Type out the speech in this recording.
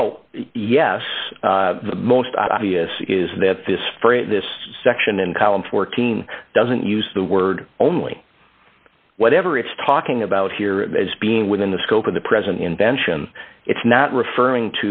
well yes the most obvious is that if it's for in this section and column fourteen doesn't use the word only whatever it's talking about here as being within the scope of the present invention it's not referring